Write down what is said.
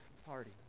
party